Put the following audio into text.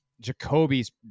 Jacoby's